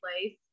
place